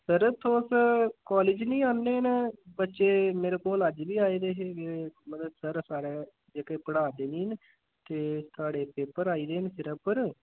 sir तुस college नि आंदे न बच्चे मेरे कोल अज्ज बी आए दे हे मतलब सर साढ़े एह्के पढ़ा दे नेईं ऐ न ते साढ़े पेपर आई दे न सिरे उप्पर